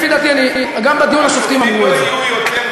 לפי דעתי גם בדיון השופטים אמרו את זה.